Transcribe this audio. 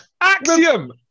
Axiom